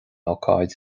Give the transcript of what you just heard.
ócáid